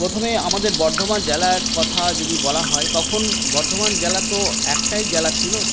প্রথমেই আমাদের বর্ধমান জেলার কথা যদি বলা হয় তখন বর্ধমান জেলা তো একটাই জেলা ছিল